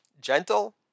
Gentle